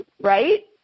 right